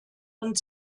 und